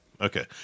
Okay